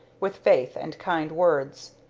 with faith and kind words.